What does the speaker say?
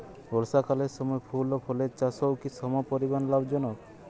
বর্ষাকালের সময় ফুল ও ফলের চাষও কি সমপরিমাণ লাভজনক?